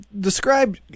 describe